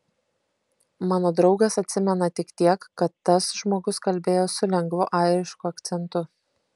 mano draugas atsimena tik tiek kad tas žmogus kalbėjo su lengvu airišku akcentu